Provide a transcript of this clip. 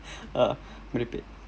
oh merepek